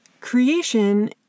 Creation